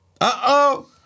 uh-oh